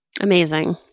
Amazing